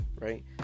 right